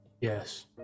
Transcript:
Yes